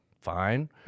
Fine